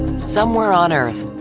somewhere on earth,